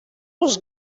was